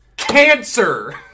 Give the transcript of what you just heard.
Cancer